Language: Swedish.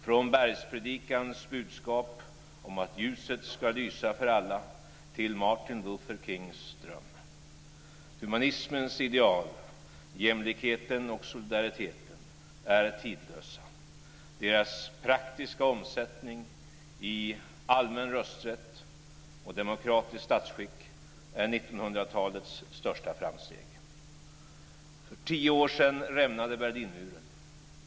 Från Bergspredikans budskap om att ljuset ska lysa för alla till Martin Luther Kings dröm. Humanismens ideal - jämlikheten och solidariteten - är tidlösa. Deras praktiska omsättning i allmän rösträtt och demokratiskt statsskick är 1900-talets största framsteg. För tio år sedan rämnade Berlinmuren.